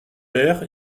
l’air